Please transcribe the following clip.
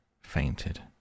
fainted